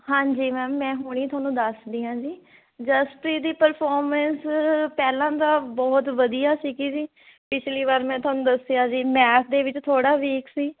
ਹਾਂਜੀ ਮੈਮ ਮੈਂ ਹੁਣੇ ਤੁਹਾਨੂੰ ਦੱਸਦੀ ਹਾਂ ਜੀ ਜਸਪ੍ਰੀਤ ਦੀ ਪਰਫੋਰਮੈਂਸ ਪਹਿਲਾਂ ਦਾ ਬਹੁਤ ਵਧੀਆ ਸੀਗੀ ਜੀ ਪਿਛਲੀ ਵਾਰ ਮੈਂ ਤੁਹਾਨੂੰ ਦੱਸਿਆ ਜੀ ਮੈਥ ਦੇ ਵਿੱਚ ਥੋੜ੍ਹਾ ਵੀਕ ਸੀ